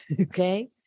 okay